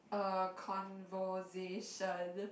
a conversation